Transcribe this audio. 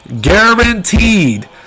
guaranteed